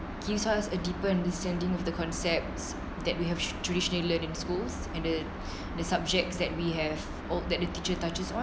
gives us a deeper understanding of the concepts that we have traditionally learning schools and the the subjects that we have all that the teacher touches